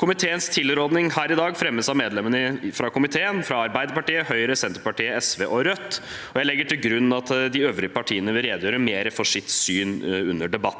Komiteens tilråding her i dag fremmes av medlemmene i komiteen fra Arbeiderpartiet, Høyre, Senterpartiet, SV og Rødt. Jeg legger til grunn at de øvrige partiene vil redegjøre mer for sitt syn under debatten.